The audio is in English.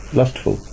lustful